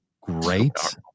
great